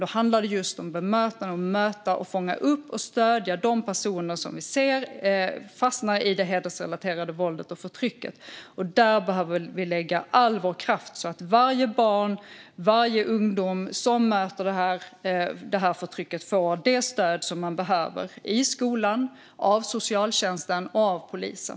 Då handlar det just om bemötande och att möta, fånga upp och stödja de personer som vi ser fastna i det hedersrelaterade våldet och förtrycket. Där behöver vi lägga all vår kraft så att varje barn, varje ungdom som möter det förtrycket får det stöd de behöver i skolan, av socialtjänsten och av polisen.